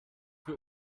für